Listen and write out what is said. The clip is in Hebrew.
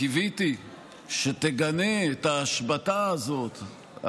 קיוויתי שתגנה את ההשבתה הזאת,